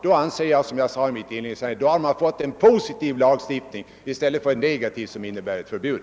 Då har man, som jag sade i mitt inledningsanförande, fått en positiv lagstiftning i stället för en negativ lagstiftning om förbud.